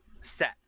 set